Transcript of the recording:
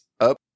up